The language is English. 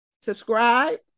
Subscribe